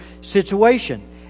situation